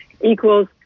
equals